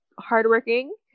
hardworking